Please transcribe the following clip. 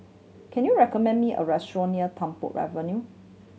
can you recommend me a restaurant near Tung Po Avenue